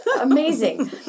amazing